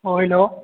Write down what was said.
अ hello